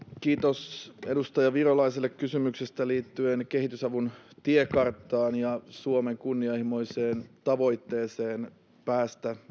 kiitos edustaja virolaiselle kysymyksestä liittyen kehitysavun tiekarttaan ja suomen kunnianhimoiseen tavoitteeseen päästä